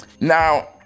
Now